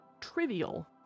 trivial